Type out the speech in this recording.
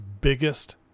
biggest